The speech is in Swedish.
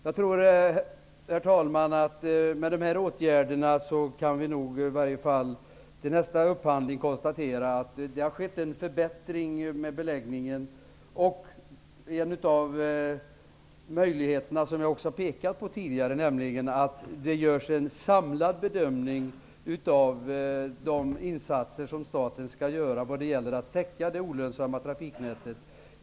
Jag tror, herr talman, att vi med de här åtgärderna i varje fall till nästa upphandling kan konstatera att det har skett en förbättring av beläggningen. Som jag tidigare har påpekat görs det nu en samlad bedömning av de insatser som staten skall göra vad gäller att täcka det olönsamma trafiknätet.